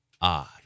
Odd